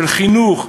חינוך,